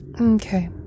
Okay